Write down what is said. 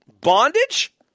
bondage